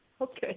Okay